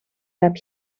heb